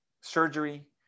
surgery